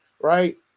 right